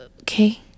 okay